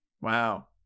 Wow